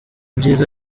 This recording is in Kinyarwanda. byiza